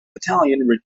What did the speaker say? battalion